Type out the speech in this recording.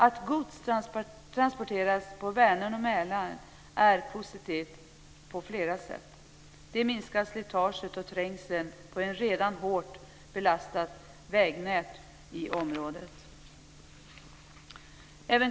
Att gods transporteras på Vänern och Mälaren är positivt på flera sätt. Det minskar slitaget och trängseln på ett redan hårt belastat vägnät i området.